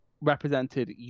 represented